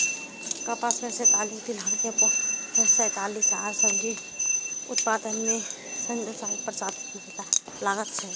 कपास मे सैंतालिस, तिलहन मे पैंतालिस आ सब्जी उत्पादन मे उनचालिस प्रतिशत महिला लागल छै